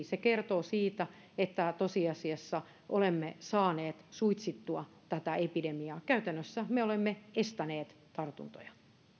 se kertoo siitä että tosiasiassa olemme saaneet suitsittua tätä epidemiaa käytännössä me olemme estäneet tartuntoja